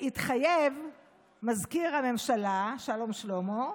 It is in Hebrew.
התחייב מזכיר הממשלה שלום שלמה,